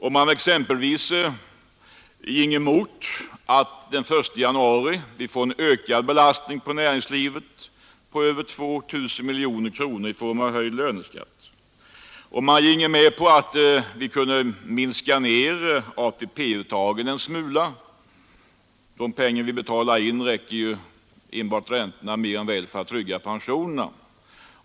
Han kunde exempelvis gå emot att vi den 1 januari får en ökad belastning på näringslivet på över 2 000 miljoner kronor i form av höjd löneskatt, och han kunde gå med på att vi minskar ned ATP-uttagen en smula — enbart räntorna på de pengar vi betalar in räcker ju mer än väl för att trygga pensionerna.